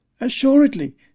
Assuredly